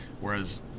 whereas